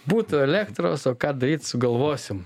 būtų elektros o ką daryt sugalvosim